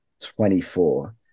24